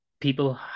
people